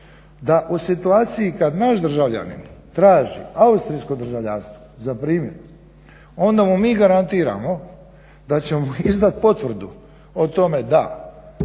da u situaciji kad naš državljanin traži austrijsko državljanstvo za primjer onda mu mi garantiramo da ćemo izdati potvrdu o tome da